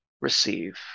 receive